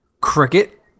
Cricket